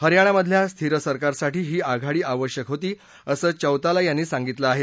हरयाणामधल्या स्थिर सरकारसाठी ही आघाडी आवश्यक होती असं चौताला यांनी सांगितलं आहे